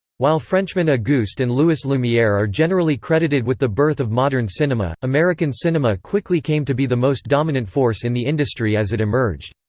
while frenchmen auguste and louis lumiere are generally credited with the birth of modern cinema, american cinema quickly came to be the most dominant force in the industry as it emerged.